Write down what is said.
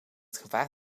gevaar